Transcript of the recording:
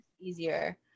easier